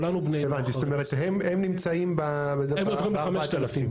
הבנתי, זאת אומרת הם נמצאים ב-4,000.